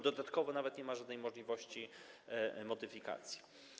Dodatkowo nawet nie ma żadnej możliwości modyfikacji.